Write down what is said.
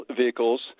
vehicles